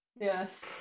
yes